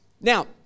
Now